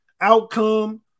outcome